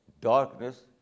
darkness